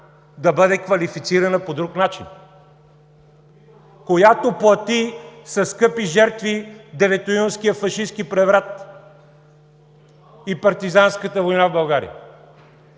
да бъде квалифицирана по друг начин, която плати със скъпи жертви Деветоюнския фашистки преврат и партизанската война в България.